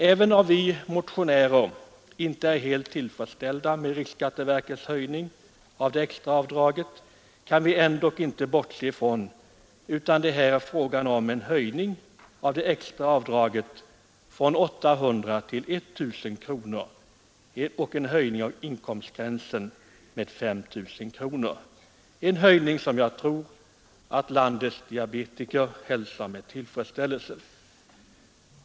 Även om vi motionärer inte är helt tillfredsställda med riksskatteverkets höjning av det extra avdraget kan vi inte bortse ifrån att det här är fråga om en höjning av det extra avdraget från 800 till I 000 kronor och en höjning av inkomstgränsen med 5 000, en höjning som jag tror att landets diabetiker hälsar med tillfredsställelse.